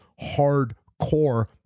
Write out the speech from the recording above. hardcore